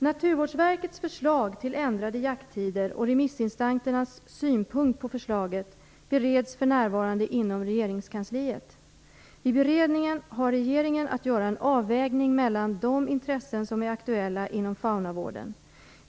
Naturvårdsverkets förslag till ändrade jakttider och remissinstansernas synpunkt på förslaget bereds för närvarande inom regeringskansliet. Vid beredningen har regeringen att göra en avvägning mellan de intressen som är aktuella inom faunavården.